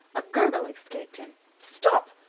a gurgle escaped him. stop!